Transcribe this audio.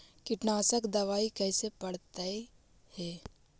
कीटनाशक दबाइ कैसे पड़तै है?